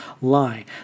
lie